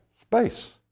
Space